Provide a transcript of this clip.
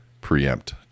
preempt